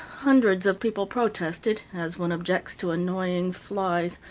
hundreds of people protested as one objects to annoying flies.